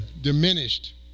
diminished